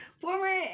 Former